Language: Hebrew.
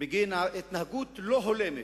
בגין התנהגות לא הולמת,